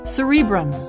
Cerebrum